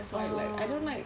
oh